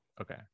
Okay